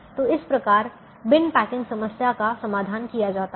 तो इस प्रकार बिन पैकिंग समस्या का समाधान किया जाता है